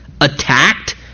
attacked